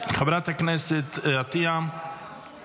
חברת הכנסת עטייה